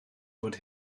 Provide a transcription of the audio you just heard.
fod